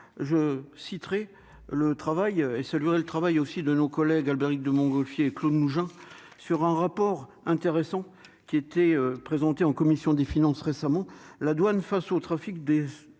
je citerai le travail et celui où elle travaille aussi de nos collègues, Albéric de Montgolfier Claude Mougin sur un rapport intéressant qui était présenté en commission des finances récemment la douane face au trafic des